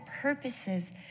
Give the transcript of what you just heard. purposes